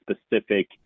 specific